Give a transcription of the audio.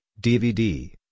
DVD